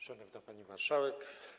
Szanowna Pani Marszałek!